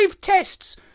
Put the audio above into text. tests